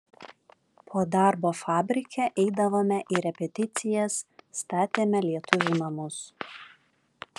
po darbo fabrike eidavome į repeticijas statėme lietuvių namus